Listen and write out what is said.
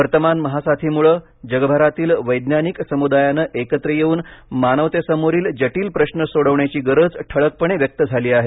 वर्तमान महासाथीमुळे जगभरातील वैज्ञानिक समुदायाने एकत्र येऊन मानवतेसमोरील जटिल प्रश्न सोडवण्याची गरज ठळकपणे व्यक्त झाली आहे